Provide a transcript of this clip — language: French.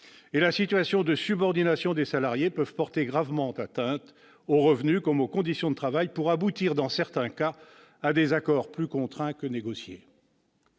de la situation de subordination des salariés, peuvent porter gravement atteinte aux revenus comme aux conditions de travail pour aboutir, dans certains cas, à des accords plus contraints que négociés.